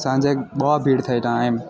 સાંજે બહુ ભીડ થાય ત્યાં એમ